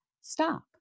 stop